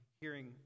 hearing